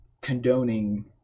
condoning